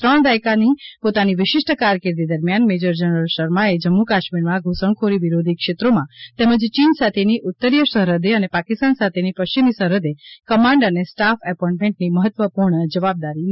ત્રણ દાયકાની પોતાની વિશિષ્ટ કારકિર્દી દરમિયાન મેજર જનરલ શર્માએ જમ્મુકાશ્મીરના ધુસણખોરી વિરોધી ક્ષેત્રોમાં તેમજ ચીન સાથેની ઉત્તરીય સરહદે અને પાકિસ્તાન સાથેની પશ્ચિમી સરહદે કમાન્ડ અને સ્ટાફ એપોઇન્ટમેન્ટની મહત્વપૂર્ણ જવાબદારીઓ નિભાવી છે